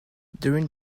during